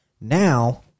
Now